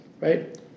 right